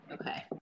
Okay